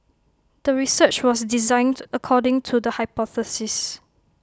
the research was designed according to the hypothesis